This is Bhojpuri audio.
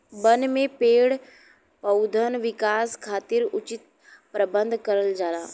बन में पेड़ पउधन विकास खातिर उचित प्रबंध करल जाला